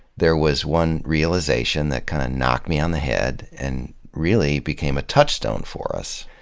there was one realization that kind of knocked me on the head and really became a touchstone for us.